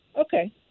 okay